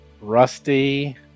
rusty